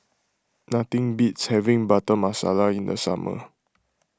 nothing beats having Butter Masala in the summer